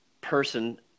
person